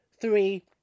three